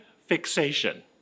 fixation